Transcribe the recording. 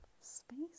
space